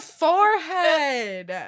forehead